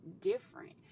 different